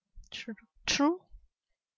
true true